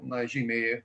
na žymiai